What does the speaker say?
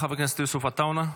חבר הכנסת יוסף עטאונה,